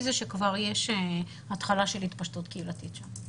זה שכבר יש התחלה של התפשטות קהילתית שם.